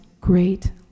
great